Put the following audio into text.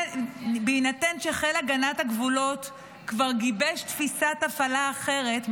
בהינתן שחיל הגנת הגבולות כבר גיבש תפיסת הפעלה אחרת,